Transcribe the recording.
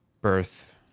birth –